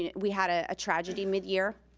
and we had a tragedy midyear.